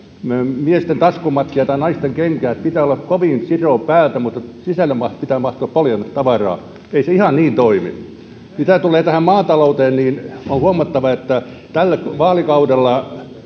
miesten taskumattia tai naisten kenkää että pitää olla kovin siro päältä mutta sisälle pitää mahtua paljon tavaraa ei se ihan niin toimi mitä tulee maatalouteen on huomattava että tällä vaalikaudella